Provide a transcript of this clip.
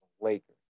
Lakers